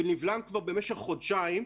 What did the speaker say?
ונבלם כבר במשך חודשיים.